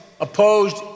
opposed